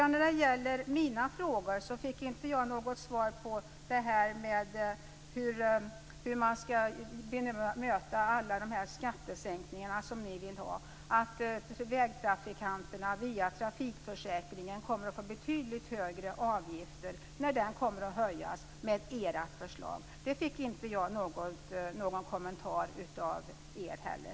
När det gäller mina frågor fick jag inte något svar på hur man skall möta alla de skattesänkningar som ni vill ha. Att vägtrafikanterna via trafikförsäkringen, när den kommer att höjas med ert förslag, kommer att få betydligt högre avgifter fick inte jag någon kommentar till av er heller.